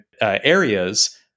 areas